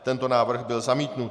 Tento návrh byl zamítnut.